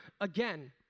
Again